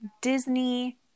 Disney